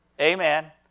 Amen